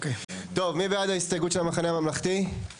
מי בעד ההסתייגות של המחנה הממלכתי?